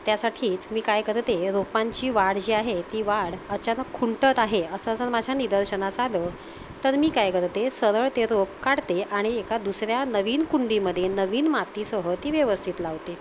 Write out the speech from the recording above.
त्यासाठीच मी काय करते रोपांची वाढ जी आहे ती वाढ अचानक खुंटत आहे असं जर माझ्या निदर्शनास आलं तर मी काय करते सरळ ते रोप काढते आणि एका दुसऱ्या नवीन कुंडीमध्ये नवीन मातीसह ती व्यवस्थित लावते